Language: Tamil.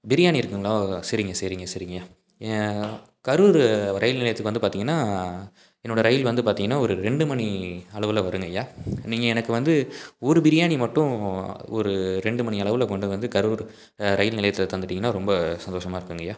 பிரியாணி இருக்குதுங்களா சரிங்க சரிங்க சரிங்கய்யா கரூர் ரயில் நிலையத்துக்கு வந்து பார்த்திங்கனா என்னோடய ரயில் வந்து பார்த்திங்கனா ஒரு ரெண்டு மணி அளவில் வருங்கய்யா நீங்கள் எனக்கு வந்து ஒரு பிரியாணி மட்டும் ஒரு ரெண்டு மணி அளவில் கொண்டு வந்து கரூர் ரயில் நிலையத்தில் தந்துட்டீங்கன்னா ரொம்ப சந்தோஷமாக இருக்குதுங்கய்யா